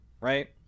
right